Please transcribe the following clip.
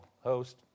host